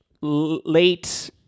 late